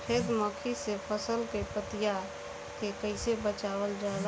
सफेद मक्खी से फसल के पतिया के कइसे बचावल जाला?